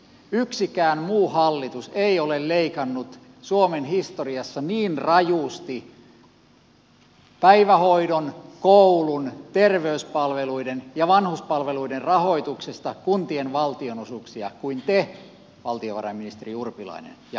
yksikään muu hallitus ei ole leikannut suomen historiassa niin rajusti päivähoidon koulun terveyspalveluiden ja vanhuspalveluiden rahoituksesta kuntien valtionosuuksia kuin te valtiovarainministeri urpilainen ja hallituksenne